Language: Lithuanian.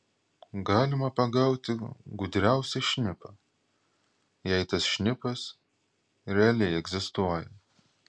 galima pagauti gudriausią šnipą jei tas šnipas realiai egzistuoja